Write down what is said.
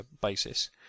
basis